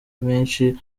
menshi